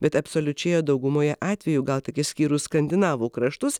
bet absoliučioje daugumoje atvejų gal tik išskyrus skandinavų kraštus